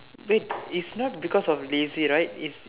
wait it's not because of lazy right it's